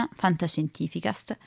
fantascientificast